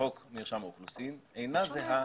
בחוק מרשם האוכלוסין אינה זהה,